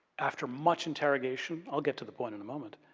after much interrogation, i'll get to the point in a moment,